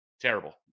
terrible